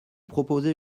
proposez